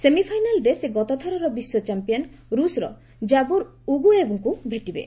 ସେମିଫାଇନାଲ୍ରେ ସେ ଗତଥରର ବିଶ୍ୱ ଚାମ୍ପିୟନ୍ ରୁଷର ଜାବୁର୍ ଉଗୁଏବ୍ଙ୍କୁ ଭେଟିବେ